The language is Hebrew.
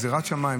זו לא גזרת שמיים,